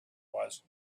was